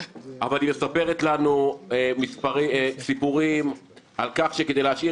אבל היא מספרת לנו סיפורים על כך שכדי להשאיר